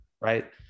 Right